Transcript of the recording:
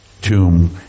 tomb